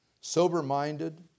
sober-minded